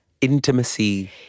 Intimacy